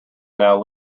now